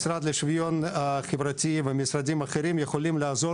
משרד לשוויון חברתי ומשרדים אחרים יכולים לעזור